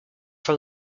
from